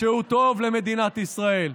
שהוא טוב למדינת ישראל,